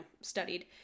studied